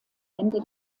ende